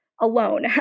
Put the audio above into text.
alone